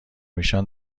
ایشان